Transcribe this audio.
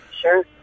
Sure